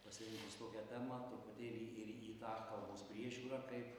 pasirinkus tokią temą truputėlį ir į tą kalbos priežiūrą kaip